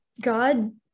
God